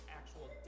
actual